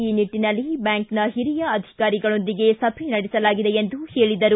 ಈ ನಿಟ್ಟನಲ್ಲಿ ಬ್ಯಾಂಕ್ನ ಹಿರಿಯ ಅಧಿಕಾರಿಗಳೊಂದಿಗೆ ಸಭೆ ನಡೆಸಲಾಗಿದೆ ಎಂದು ಹೇಳಿದರು